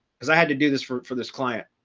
because i had to do this for for this client.